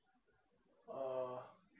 uh